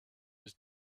his